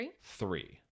Three